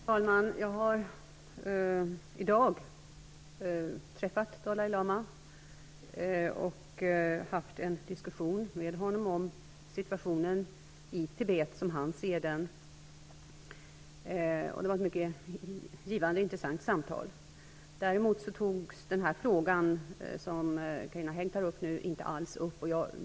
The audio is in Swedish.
Herr talman! Jag har i dag träffat Dalai Lama och haft en diskussion med honom om hur han ser på situationen i Tibet. Det var ett mycket givande och intressant samtal. Däremot togs den fråga som Carina Hägg nu talar om inte alls upp.